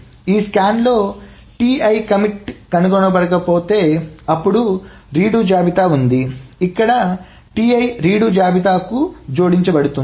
ఈ స్కాన్లో commit Ti కనుగొనబడితే అప్పుడు రీడు జాబితా ఉంది ఇక్కడ Ti రీడు జాబితాకు జోడించబడుతుంది